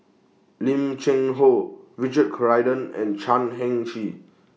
Lim Cheng Hoe Richard Corridon and Chan Heng Chee